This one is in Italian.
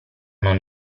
non